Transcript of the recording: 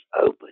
open